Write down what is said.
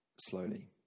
slowly